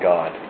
God